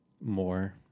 more